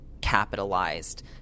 capitalized